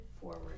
forward